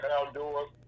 Outdoors